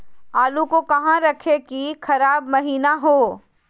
आलू को कहां रखे की खराब महिना हो?